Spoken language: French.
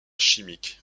chimique